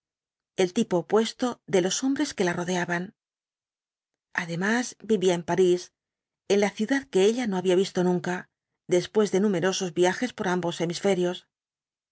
el tipo opuesto de los hombres que la rodeaban además vivía en parís en la ciudad que ella no había visto nunca después de numerosos viajes por ambos hemisferios